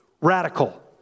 radical